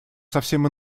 совсем